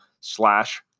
slash